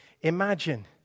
imagine